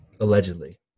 allegedly